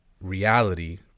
reality